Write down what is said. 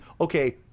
okay